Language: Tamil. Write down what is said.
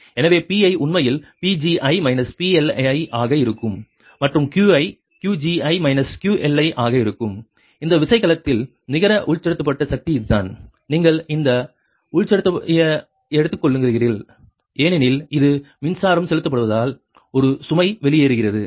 எனவே Pi உண்மையில் Pgi PLi ஆக இருக்கும் மற்றும் Qi Qgi QLi ஆக இருக்கும் இந்த விசைகலத்தில் நிகர உட்செலுத்தப்பட்ட சக்தி இதுதான் நீங்கள் அந்த உட்செலுத்தியதை எடுத்துக்கொள்கிறீர்கள் ஏனெனில் இது மின்சாரம் செலுத்தப்படுவதால் ஒரு சுமை வெளியேறுகிறது